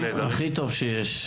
הכי טוב שיש.